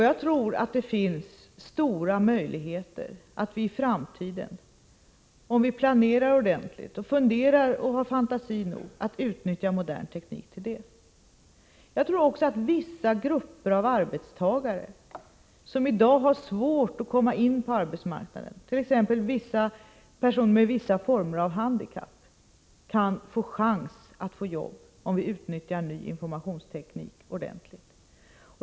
Jag tror att det finns goda möjligheter att vi i framtiden, om vi planerar och funderar ordentligt och har fantasi nog, kan utnyttja modern teknik till att åstadkomma det. Vissa grupper av arbetstagare som i dag har svårt att komma in på arbetsmarknaden, t.ex. personer med vissa former av handikapp, kan också få chans till ett jobb om vi utnyttjar ny informationsteknik ordentligt.